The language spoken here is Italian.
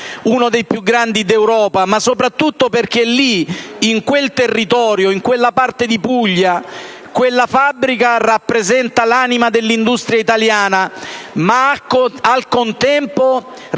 uno dei più grandi d'Europa, ma soprattutto perché lì, in quel territorio, in quella parte di Puglia, quella fabbrica rappresenta l'anima dell'industria italiana, ma al contempo rappresenta